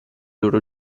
loro